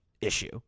issue